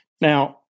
Now